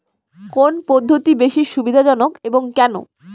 কোন পদ্ধতি বেশি সুবিধাজনক এবং কেন?